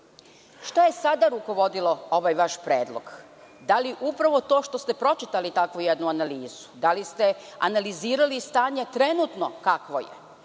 je sada rukovodilo ovaj vaš predlog? Da li upravo to što ste pročitali takvu jednu analizu? Da li ste analizirali stanje trenutno kakvo je.